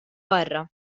barra